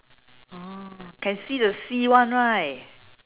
orh can see the sea one right